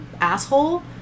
asshole